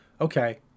okay